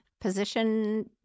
position